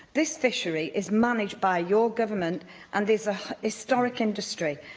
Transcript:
this fishery is managed by your government and is a historic industry.